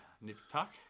nip-tuck